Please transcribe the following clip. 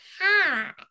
hi